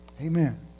Amen